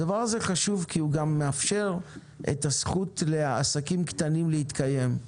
הדבר הזה חשוב כי הוא גם מאפשר את הזכות לעסקים קטנים להתקיים.